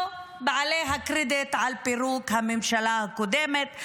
לא בעלי הקרדיט על פירוק הממשלה הקודמת.